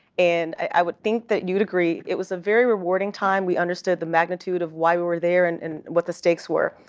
and i would think that you would agree it was a very rewarding time. we understood the magnitude of why we were there and and what the stakes were.